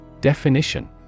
Definition